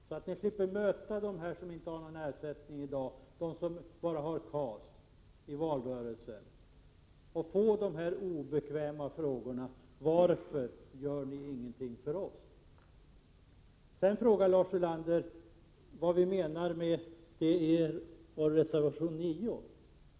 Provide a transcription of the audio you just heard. Då skulle ni slippa att i valrörelsen få de obekväma frågorna från alla dem som inte har någon arbetslöshetsersättning utan bara har KAS, som undrar varför ni inte gör någonting för dem. Lars Ulander frågade också vad vi menar med vår reservation 9.